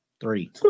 Three